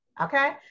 Okay